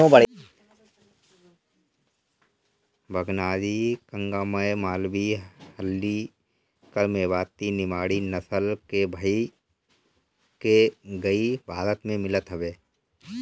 भगनारी, कंगायम, मालवी, हल्लीकर, मेवाती, निमाड़ी नसल के गाई भारत में मिलत हवे